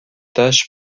tâche